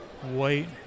White